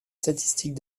statistiques